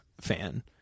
fan